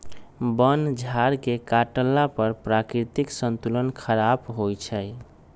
वन झार के काटला पर प्राकृतिक संतुलन ख़राप होइ छइ